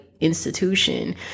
institution